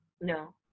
no